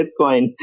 Bitcoin